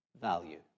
value